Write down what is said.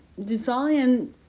Dusalian